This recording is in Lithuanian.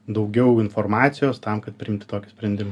daugiau informacijos tam kad priimti tokį sprendimą